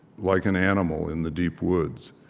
like an animal in the deep woods.